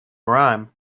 rhyme